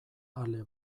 ale